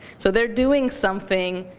so they're doing something